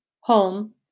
Home